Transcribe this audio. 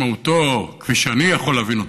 משמעותו, כפי שאני יכול להבין אותו,